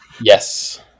Yes